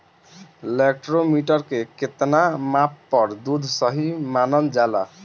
Lactometer के कितना माप पर दुध सही मानन जाला?